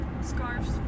Scarves